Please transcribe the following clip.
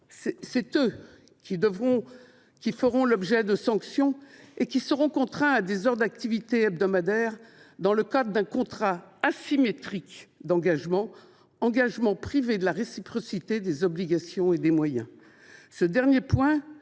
Ce sont eux qui feront l’objet de sanctions et qui seront contraints à des heures d’activité hebdomadaires dans le cadre d’un contrat asymétrique d’engagement, engagement privé de la réciprocité des obligations et des moyens.